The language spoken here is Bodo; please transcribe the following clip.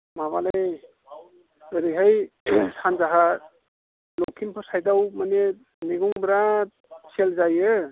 माबालै ओरैहाय सानजाहा लखिमपुर साइडाव माने मैगं बिराद सेल जायो